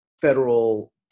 federal